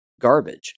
garbage